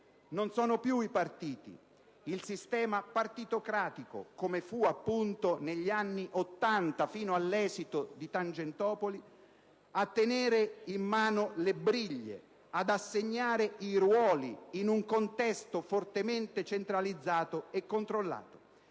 Non sono più i partiti, il sistema partitocratico - come fu appunto negli anni Ottanta fino all'esito di Tangentopoli - a tenere in mano le briglie e ad assegnare i ruoli, in un contesto fortemente centralizzato e controllato.